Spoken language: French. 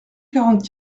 quarante